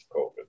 COVID